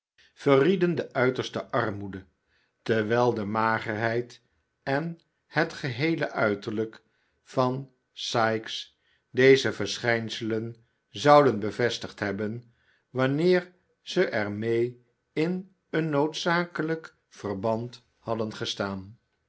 verrieden de uiterste armoede terwijl de magerheid en het geheele uiterlijk van sikes deze verschijnselen zouden bevestigd hebben wanneer ze er mee in een noodzakelijk verband hadden gestaan